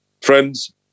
Friends